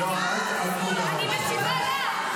אני משיבה לה.